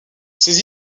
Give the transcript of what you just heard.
ces